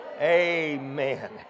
Amen